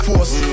Force